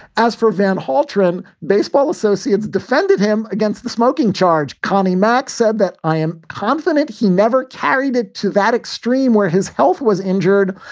as for van halterman, baseball associates defended him against the smoking charge. connie mack said that i am confident he never carried it to that extreme where his health was injured.